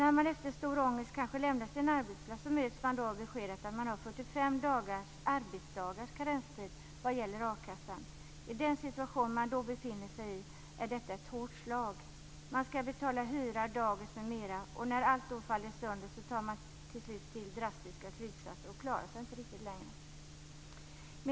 När man efter stor ångest har lämnat sin arbetsplats möts man av beskedet att man har 45 arbetsdagars karenstid vad gäller a-kassan. I den situation som man då befinner sig är det ett hårt slag. Man skall betala hyra, dagis m.m. Och när allt faller sönder tar man till slut till drastiska åtgärder och klarar sig inte riktigt längre.